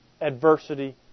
adversity